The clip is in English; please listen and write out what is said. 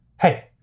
hey